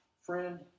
friend